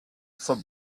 zum